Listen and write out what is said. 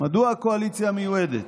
מדוע הקואליציה המיועדת,